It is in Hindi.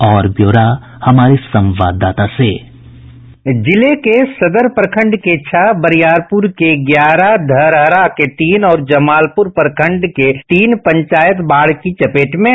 और ब्यौरा हमारे संवाददाता से बाईट जिले के सदर प्रखंड के छह बरियारपुर के ग्यारह धरहरा के तीन और जमालपुर प्रखंड के तीन पंचायत बाढ़ की चपेट में हैं